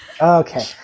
Okay